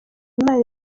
imana